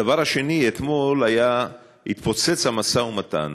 הדבר השני, אתמול התפוצץ המשא-ומתן.